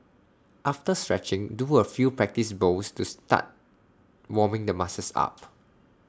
after stretching do A few practice bowls to start warming the muscles up